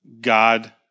God